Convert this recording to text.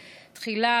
תחילה,